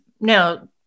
Now